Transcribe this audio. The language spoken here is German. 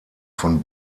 von